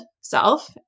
self